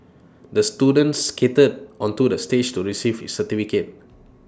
the student skated onto the stage to receive his certificate